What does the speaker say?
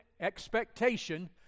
Expectation